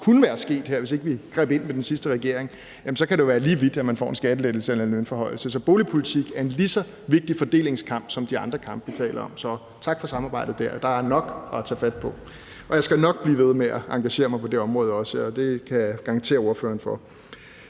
kunne være sket, hvis ikke vi greb ind sammen med den sidste regering, er man jo lige vidt, selv om man får en skattelettelse eller en lønforhøjelse. Så boligpolitik er en lige så vigtig fordelingskamp som de andre kampe, som vi taler om. Så tak for samarbejdet dér, der er nok at tage fat på. Jeg skal nok blive ved med at engagere mig på det område også, det kan jeg garantere ordføreren.